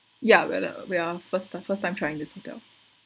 yeah we're the we are first ti~ first time trying to sign up